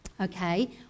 Okay